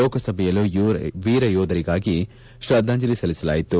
ಲೋಕಸಭೆಯಲ್ಲೂ ವೀರಯೋಧರಿಗೆ ಶ್ರದ್ದಾಂಜಲಿ ಸಲ್ಲಿಸಲಾಯಿತು